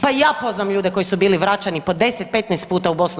Pa i ja poznam ljude koji su bili vraćeni po 10, 15 puta u BiH.